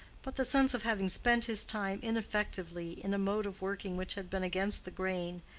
but the sense of having spent his time ineffectively in a mode of working which had been against the grain,